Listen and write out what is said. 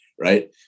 Right